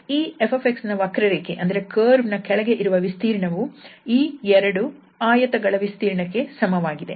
ಈ 𝑓𝑥 ನ ವಕ್ರರೇಖೆ ಯ ಕೆಳಗೆ ಇರುವ ವಿಸ್ತೀರ್ಣವು ಈ ಎರಡು ಆಯತ ಗಳ ವಿಸ್ತೀರ್ಣಕ್ಕೆ ಸಮವಾಗಿದೆ